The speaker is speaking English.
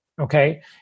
Okay